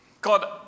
God